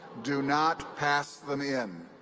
do not pass them in.